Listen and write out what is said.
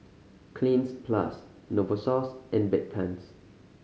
Cleanz Plus Novosource and Bedpans